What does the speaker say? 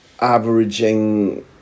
averaging